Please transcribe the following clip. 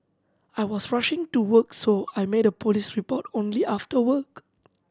I was rushing to work so I made a police report only after work